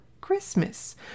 Christmas